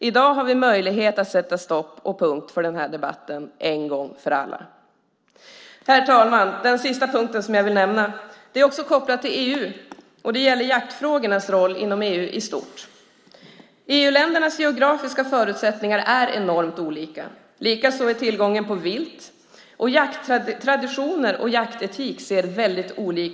I dag har vi möjlighet att sätta stopp och punkt för den här debatten en gång för alla. Herr talman! Den sista punkten jag vill nämna är också kopplad till EU, och det gäller jaktfrågornas roll inom EU i stort. EU-ländernas geografiska förutsättningar är enormt olika, likaså tillgången på vilt, jakttraditioner och jaktetik.